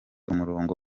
umurongo